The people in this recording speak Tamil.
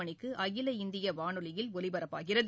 மணிக்கு அகில இந்திய வானொலியில் ஒலிபரப்பாகிறது